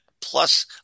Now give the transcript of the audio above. plus